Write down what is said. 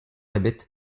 ebet